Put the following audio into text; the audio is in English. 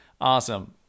Awesome